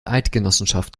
eidgenossenschaft